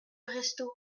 restaud